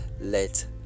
let